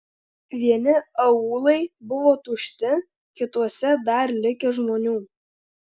vieni aūlai buvo tušti kituose dar likę žmonių